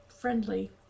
friendly